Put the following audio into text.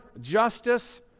justice